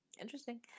Interesting